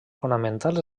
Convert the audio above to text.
fonamentals